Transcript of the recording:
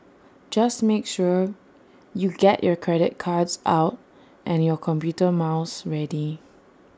just make sure you get your credit cards out and your computer mouse ready